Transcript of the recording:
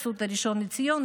אסותא ראשון לציון,